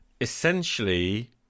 essentially